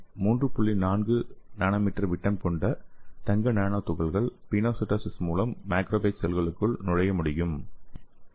4 nanometer விட்டம் கொண்ட தங்க நானோ துகள்கள் பினோசைட்டோசிஸ் மூலம் மேக்ரோபேஜ் செல்களுக்குள் நுழைய முடியும்